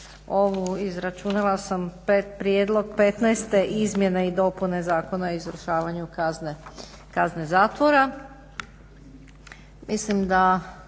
ovu, izračunala sam, prijedlog 15. izmjene i dopune Zakona o izvršavanju kazne zatvora. Mislim da